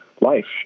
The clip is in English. life